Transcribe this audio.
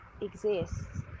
exists